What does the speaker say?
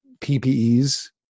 PPEs